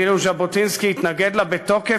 ואילו ז'בוטינסקי התנגד לה בתוקף,